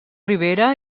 rivera